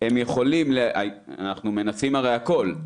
אנחנו הרי מנסים הכול,